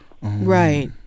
Right